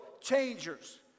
changers